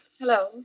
Hello